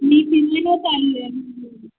मी दिल्लीला चालले आहे